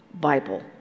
Bible